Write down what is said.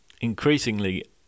increasingly